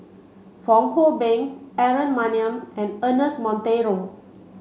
Fong Hoe Beng Aaron Maniam and Ernest Monteiro